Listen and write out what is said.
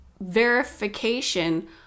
verification